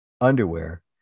underwear